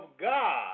God